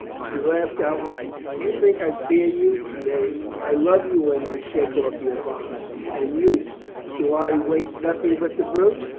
she laughed outright. do you think i fear you? nay, i love you when you shake off your bonds. and you do i wake nothing but the brute?